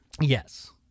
Yes